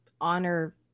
honor